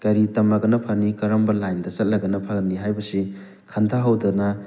ꯀꯔꯤ ꯇꯝꯃꯒꯅ ꯐꯅꯤ ꯀꯔꯝꯕ ꯂꯥꯏꯟꯗ ꯆꯠꯂꯒꯅ ꯐꯅꯤ ꯍꯥꯏꯕꯁꯤ ꯈꯟꯊꯍꯧꯗꯅ